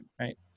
right